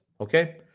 Okay